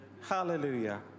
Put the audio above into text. Hallelujah